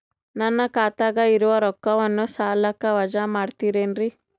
ನನ್ನ ಖಾತಗ ಇರುವ ರೊಕ್ಕವನ್ನು ಸಾಲಕ್ಕ ವಜಾ ಮಾಡ್ತಿರೆನ್ರಿ?